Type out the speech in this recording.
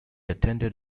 attended